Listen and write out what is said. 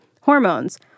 hormones